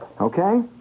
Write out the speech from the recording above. Okay